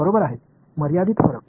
बरोबर आहे मर्यादित फरक